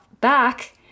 back